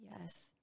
Yes